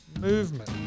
movement